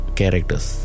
characters